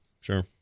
sure